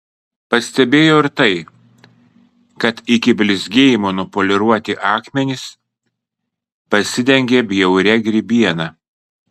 pastebėjo ir tai kad iki blizgėjimo nupoliruoti akmenys pasidengė bjauria grybiena